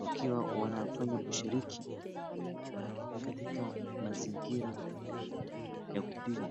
Ukiwa wanafanya ushiriki katika mazingira ya kupika.